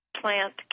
plant